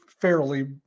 fairly